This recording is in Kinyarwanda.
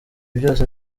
byose